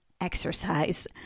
Exercise